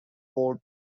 fort